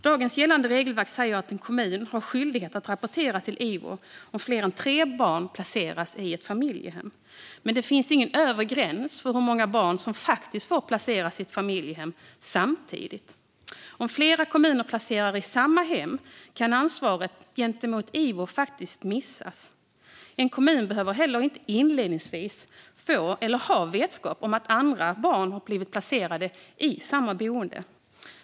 Dagens regelverk säger att en kommun har skyldighet att rapportera till Ivo om fler än tre barn placeras i ett familjehem, men det finns ingen övre gräns för hur många barn som får placeras i ett familjehem samtidigt. Om flera kommuner placerar barn i samma hem kan ansvaret gentemot Ivo missas. En kommun behöver heller inte inledningsvis få eller ha vetskap om att andra barn har blivit placerade i samma boende.